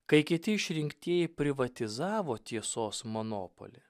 kai kiti išrinktieji privatizavo tiesos monopolį